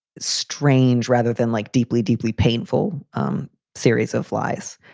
strange rather than like deeply, deeply painful um series of lies.